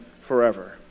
forever